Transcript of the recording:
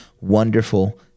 wonderful